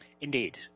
Indeed